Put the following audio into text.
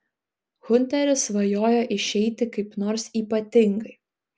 hunteris svajojo išeiti kaip nors ypatingai